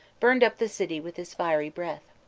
burned up the city with his fiery breath.